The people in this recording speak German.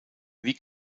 wie